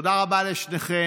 תודה רבה לשניכם.